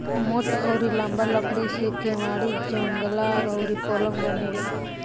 मोट अउरी लंबा लकड़ी से केवाड़ी, जंगला अउरी पलंग बनेला